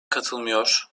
katılmıyor